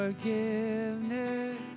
Forgiveness